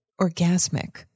orgasmic